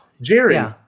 Jerry